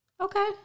Okay